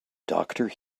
doctor